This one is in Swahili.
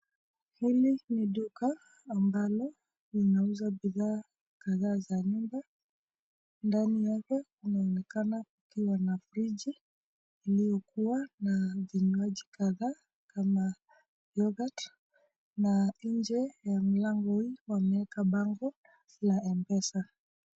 Hili ni duka ambalo linauza bidhaa kadhaa za nyumba. Ndani yake inaonekana ikiwa na fridge iliyokuwa na vinywaji kadhaa kama yogurt . Na nje ya mlango wao wameweka bango la M-Pesa .